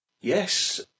Yes